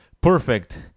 Perfect